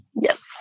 Yes